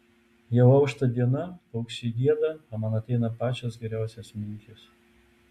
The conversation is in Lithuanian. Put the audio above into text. jau aušta diena paukščiai gieda o man ateina pačios geriausios mintys